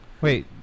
Wait